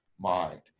mind